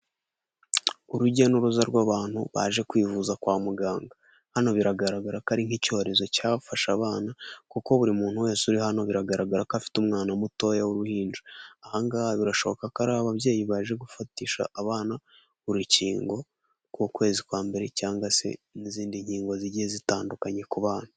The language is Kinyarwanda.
Urujya n'uruza rw'abantu baje kwivuza kwa muganga, hano biragaragara ko ari nk'icyorezo cyafasha abana kuko buri muntu wese uri hano biragaragara ko afite umwana mutoya w'uruhinja, aha ngaha birashoboka ko ari ababyeyi baje gufatisha abana urukingo rw'ukwezi kwa mbere cyangwa se n'izindi nkingo zigiye zitandukanye ku bana.